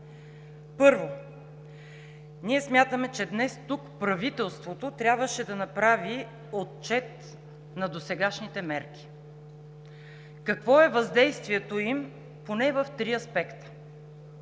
Първо, ние смятаме, че днес тук правителството трябваше да направи отчет на досегашните мерки: какво е въздействието им поне в три аспекта?